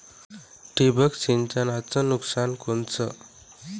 ठिबक सिंचनचं नुकसान कोनचं?